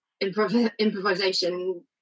improvisation